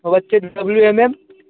વચ્ચેનું W M એમ